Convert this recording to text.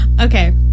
Okay